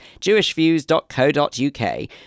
jewishviews.co.uk